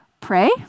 pray